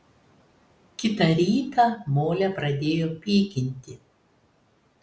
kitą rytą molę pradėjo pykinti